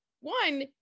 one